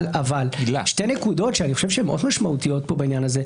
אבל שתי נקודות שאני חושב שהן מאוד משמעותיות פה בעניין הזה,